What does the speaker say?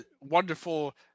wonderful